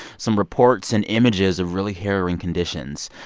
some reports and images of really harrowing conditions.